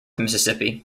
mississippi